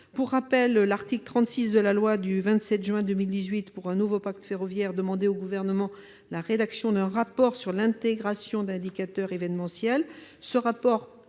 Pour rappel, l'article 36 de la loi du 27 juin 2018 pour un nouveau pacte ferroviaire demandait au Gouvernement la rédaction d'un rapport sur l'intégration d'indicateurs événementiels.